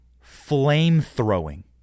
flame-throwing